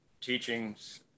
teachings